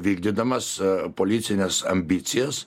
vykdydamas politines ambicijas